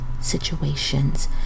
situations